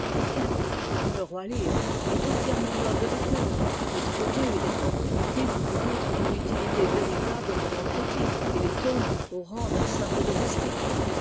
dans le roi lear est entièrement noble de cœur mais trop rude et trop primitif pour être d'une utilité véritable au moment critique et il tombe au rang d'un simple domestique